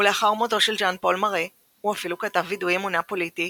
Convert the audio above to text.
ולאחר מותו של ז'אן-פול מארה הוא אפילו כתב וידוי אמונה פוליטי